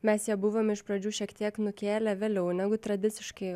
mes ją buvom iš pradžių šiek tiek nukėlę vėliau negu tradiciškai